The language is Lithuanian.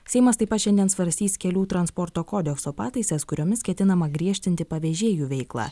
seimas taip pat šiandien svarstys kelių transporto kodekso pataisas kuriomis ketinama griežtinti pavežėjų veiklą